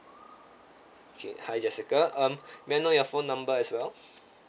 okay hi jessica um may I know your phone number as well